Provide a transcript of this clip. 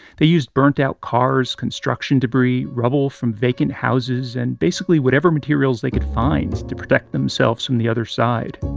they used burnt-out cars, construction debris, rubble from vacant houses and basically whatever materials they could find to protect themselves from the other side